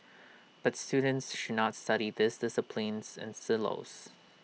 but students should not study these disciplines in silos